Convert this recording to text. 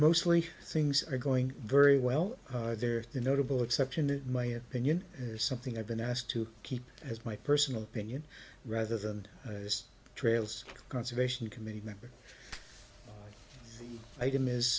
mostly things are going very well there that notable exception in my opinion is something i've been asked to keep as my personal opinion rather than as trails conservation committee member item is